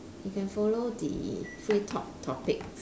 you can follow the free talk topics